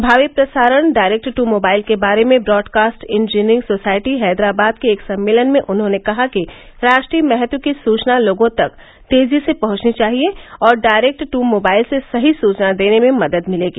भावी प्रसारण direct to mobile के बारे में ब्रॉडकास्ट इंजीनियरिंग सोसायटी हैदराबाद के एक सम्मेलन में उन्होंने कहा कि राष्ट्रीय महत्व की सूचना लोगों तक तेजी से पहुंचनी चाहिए और डायरेक्ट टू मोबाइल से सही सूचना देने में मदद मिलेगी